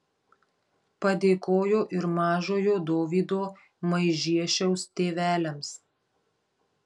padėkojo ir mažojo dovydo maižiešiaus tėveliams